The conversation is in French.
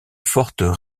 fortes